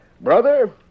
Brother